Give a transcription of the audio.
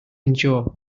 endure